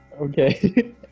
okay